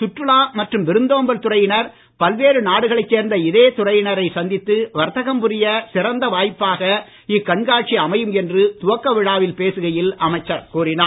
சுற்றுலா மற்றும் விருந்தோம்பல் துறையினர் பல்வேறு நாடுகளைச் சேர்ந்த இதே துறையினரை சந்தித்து வர்த்தகம் புரிய சிறந்த வாய்ப்பாக இக்கண்காட்சி அமையும் என்று துவக்க விழாவில் பேசுகையில் அமைச்சர் கூறினார்